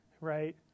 right